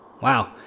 Wow